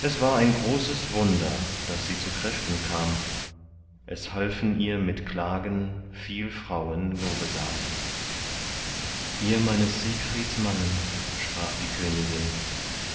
es war ein großes wunder daß sie zu kräften kam es halfen ihr mit klagen viel frauen lobesam ihr meines siegfrieds mannen sprach die königin